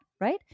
Right